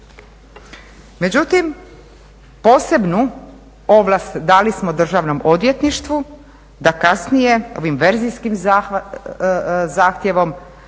Međutim, posebnu ovlast dali smo državnom odvjetništvu da kasnije ovim verzijskim zahtjevom